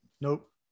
Nope